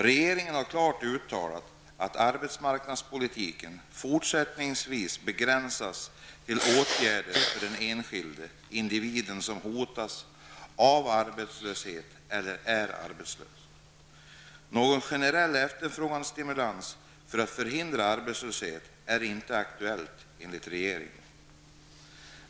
Regeringen har klart uttalat att arbetsmarknadspolitiken fortsättningsvis begränsas till åtgärder för den enskilda individen som hotas av arbetslöshet eller är arbetslös. Någon generell efterfrågestimulans för att förhindra arbetslöshet är inte aktuell enligt regeringen.